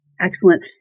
Excellent